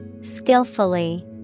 Skillfully